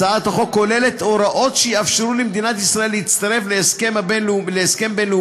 הצעת החוק כוללת הוראות שיאפשרו למדינת ישראל להצטרף להסכם בין-לאומי,